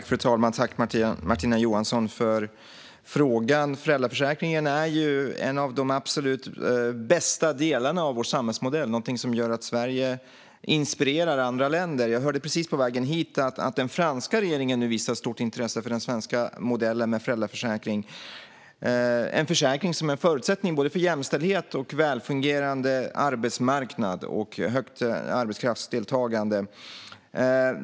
Fru talman! Tack, Martina Johansson, för frågan! Föräldraförsäkringen är en av de absolut bästa delarna av vår samhällsmodell, någonting som gör att Sverige inspirerar andra länder. Jag hörde precis på vägen hit att den franska regeringen nu visar stort intresse för den svenska modellen med föräldraförsäkring, en försäkring som är en förutsättning för både jämställdhet, välfungerande arbetsmarknad och högt arbetskraftsdeltagande.